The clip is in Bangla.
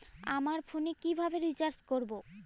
আমার ফোনে কিভাবে রিচার্জ করবো?